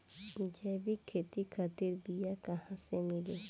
जैविक खेती खातिर बीया कहाँसे मिली?